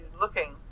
looking